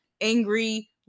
angry